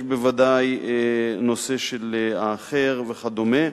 יש בוודאי נושא של האחר וכדומה.